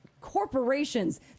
corporations